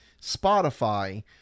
Spotify